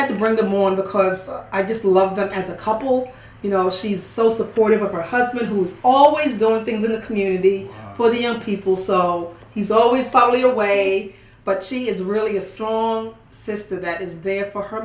had to bring the more because i just love them as a couple you know she's so supportive of her husband who's always done things in the community for the young people so he's always fall either way but she is really a strong sister that is there for her